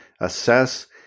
assess